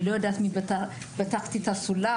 אני לא יודעת מי בתחתית הסולם,